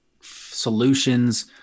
solutions